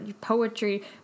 poetry